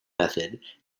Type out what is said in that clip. method